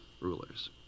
rulers